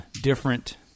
different